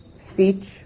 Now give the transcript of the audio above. speech